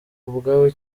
ubwabo